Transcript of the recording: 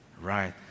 Right